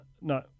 no